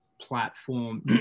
platform